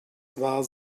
war